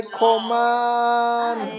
command